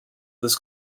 this